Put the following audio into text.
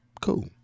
cool